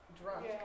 drunk